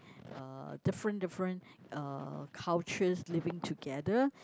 uh different different uh cultures living together